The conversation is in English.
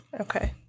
Okay